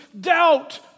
doubt